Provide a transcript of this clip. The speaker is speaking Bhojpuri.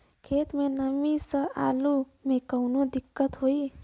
खेत मे नमी स आलू मे कऊनो दिक्कत होई?